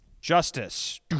Justice